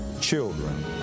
Children